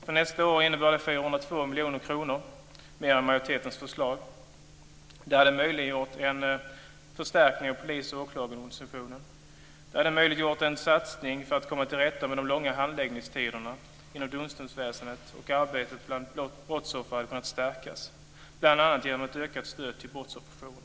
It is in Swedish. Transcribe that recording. För nästa år innebär det 402 miljoner kronor mer än majoritetens förslag. Det skulle ha möjliggjort en förstärkning av polis och åklagarorganisationen. Det hade också möjliggjort en satsning för att komma till rätta med de långa handläggningstiderna inom domstolsväsendet. Vidare hade arbetet bland brottsoffer kunnat stärkas, bl.a. genom ett ökat stöd till brottsofferjourerna.